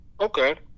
Okay